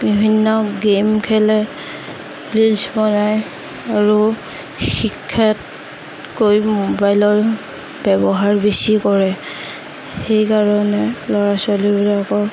বিভিন্ন গেম খেলে ৰীলছ বনাই আৰু শিক্ষাতকৈ ম'বাইলৰ ব্যৱহাৰ বেছি কৰে সেই কাৰণে ল'ৰা ছোৱালীবিলাকৰ